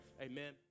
Amen